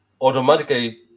automatically